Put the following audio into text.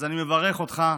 אז אני מברך אותך.